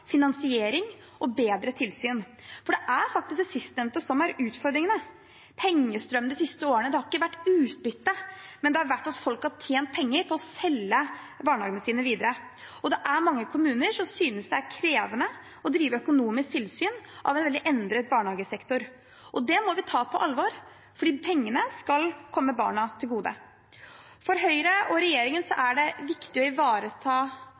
finansiering og bedre tilsyn. For det er faktisk det sistnevnte som er utfordringen. Pengestrømmen de siste årene har ikke vært utbytte, men det har vært at folk har tjent penger på å selge barnehagene sine videre. Det er mange kommuner som synes det er krevende å drive økonomisk tilsyn av en veldig endret barnehagesektor, og det må vi ta på alvor, for pengene skal komme barna til gode. For Høyre og regjeringen er det viktig å ivareta